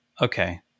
Okay